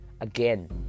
again